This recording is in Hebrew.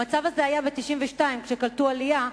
המצב הזה היה ב-1992, כשקלטו עלייה.